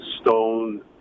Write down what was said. stone